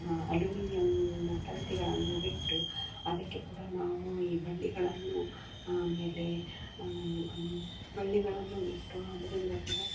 ಅಲುಮೀನಿಯಮ್ನ ತಂತಿಗಳನ್ನು ಬಿಟ್ಟು ಅದಕ್ಕೆ ಕೂಡ ನಾವು ಈ ಬಳ್ಳಿಗಳನ್ನು ಆಮೇಲೆ ಬಳ್ಳಿಗಳನ್ನು ಬಿಟ್ಟು ಅದರಿಂದ ಕೂಡ